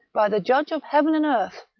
by the judge of heaven and earth!